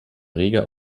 reger